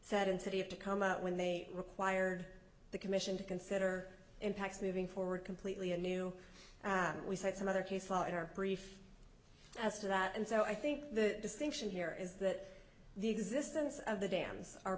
said and city have to come up when they required the commission to consider impacts moving forward completely a new we say it's another case law in our brief as to that and so i think the distinction here is that the existence of the dams are